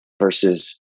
versus